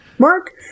mark